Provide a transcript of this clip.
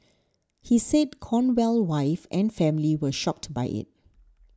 he said Cornell wife and family were shocked by it